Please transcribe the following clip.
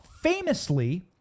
famously